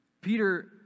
Peter